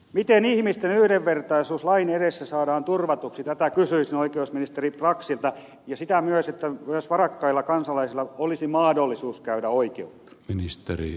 miten ihmisten yhdenvertaisuus lain edessä saadaan turvatuksi ja myös varakkailla kansalaisilla olisi mahdollisuus käydä oikeutta